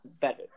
better